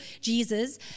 Jesus